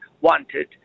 wanted